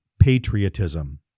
patriotism